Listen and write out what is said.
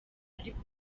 ariko